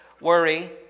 Worry